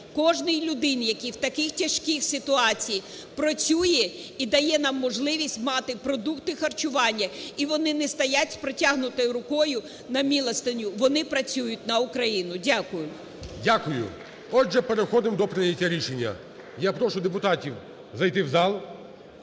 кожній людині, яка в такій тяжкій ситуації працює і дає нам можливість мати продукти харчування, і вони не стоять з протягнутою рукою на милостиню, вони працюють на Україну. Дякую. ГОЛОВУЮЧИЙ. Дякую. Отже, переходимо до прийняття рішення. Я прошу депутатів зайти в зал,